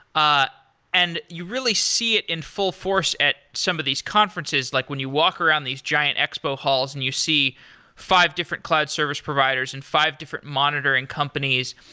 ah and you really see it in full force at some of these conferences. like when you walk around these giant expo halls and you see five different cloud service providers, and five different monitoring companies,